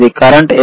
current ఏమిటి